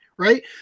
Right